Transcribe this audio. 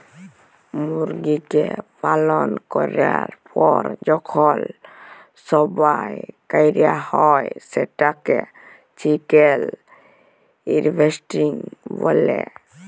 মুরগিকে পালল ক্যরার পর যখল জবাই ক্যরা হ্যয় সেটকে চিকেল হার্ভেস্টিং ব্যলে